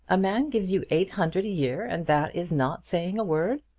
a man gives you eight hundred a year, and that is not saying a word!